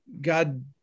God